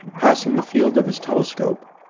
passing the field of his telescope,